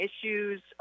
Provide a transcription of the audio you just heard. issues